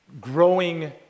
growing